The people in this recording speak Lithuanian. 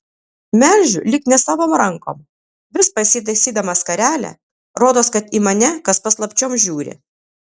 melžiu lyg nesavom rankom vis pasitaisydama skarelę rodos kad į mane kas paslapčiom žiūri